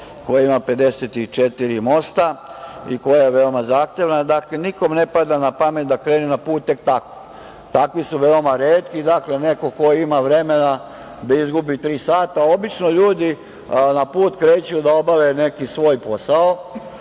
koja ima 54 mosta i koja je veoma zahtevna. Dakle, nikome ne pada na pamet da krene na put tek tako, takvi su veoma retki, dakle neko ko ima vremena da izgubi tri sata. Obično ljudi na put kreću da obave neki svoj posao,